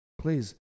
Please